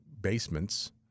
basements